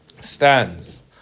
stands